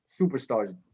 Superstars